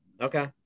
Okay